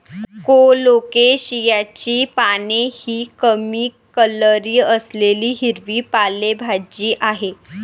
कोलोकेशियाची पाने ही कमी कॅलरी असलेली हिरवी पालेभाजी आहे